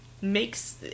makes